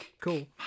cool